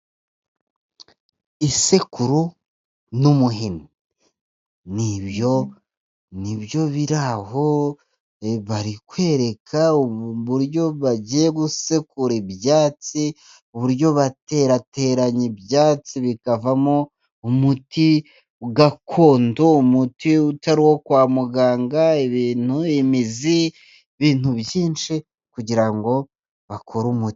Isekuru n'umuhini, ni ibyo nibyo biri aho, bari kwereka ubu buryo bagiye gusekura ibyatsi, uburyo baterateranye ibyatsi bikavamo umuti gakondo, umuti utari uwo kwa muganga, ibintu, imizi, ibintu byinshi, kugira ngo bakore umuti.